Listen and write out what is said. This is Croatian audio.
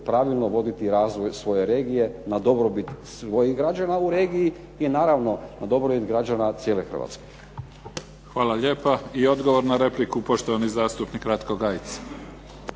pravilno voditi razvoj svoje regije na dobrobit svojih građana u regiji, i naravno na dobrobit građana cijele Hrvatske. **Mimica, Neven (SDP)** Hvala lijepa. I odgovor na repliku poštovani zastupnik Ratko Gajica.